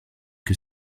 que